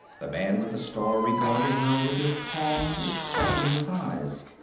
the man with the star regarded her with his calm, expressionless eyes.